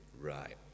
right